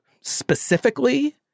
specifically